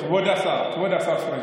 כבוד השר פריג',